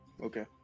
okay